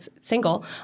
single